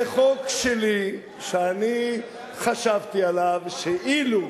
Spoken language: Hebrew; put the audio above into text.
זה חוק שלי, שאני חשבתי עליו, שאילו,